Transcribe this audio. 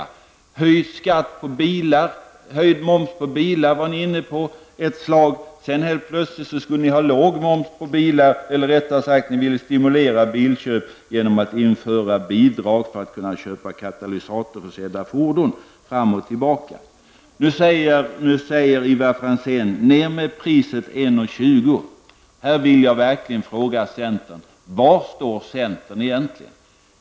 Ni var ett tag inne på en höjning av momsen på bilar, sedan skulle momsen på bilar helt plötsligt vara låg, eller ni ville rättare sagt stimulera bilköp genom att införa bidrag för köp av katalysatorförsedda fordon. Nu säger Ivar Franzén: Sänk priset med 1:20 kr. Jag vill då verkligen fråga centern: Var står centern egentligen?